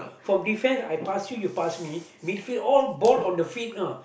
from defense I pass you you pass me mid field all ball on the feet you know